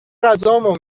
غذامو